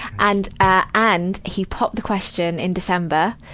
and, ah and he popped the question in december.